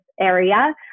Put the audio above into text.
area